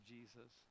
Jesus